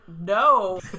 No